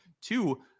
two